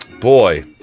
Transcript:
Boy